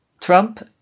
Trump